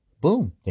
boom